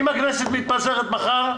אם הכנסת מתפזרת מחר,